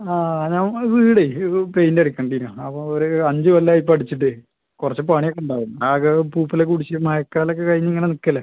നമ്മുടെ വീടേ പെയിൻറ് അടിക്കണ്ടേനു അപ്പോൾ ഒരു അഞ്ച് കൊല്ലം ആയി ഇപ്പോൾ അടിച്ചിട്ട് കുറച്ച് പണിയൊക്കെ ഉണ്ടാവും ആകെ പൂപ്പലൊക്കെ പിടിച്ച് മഴക്കാലം ഒക്കെ കഴിഞ്ഞിങ്ങനെ നിൽക്കുവല്ലേ